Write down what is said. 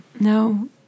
No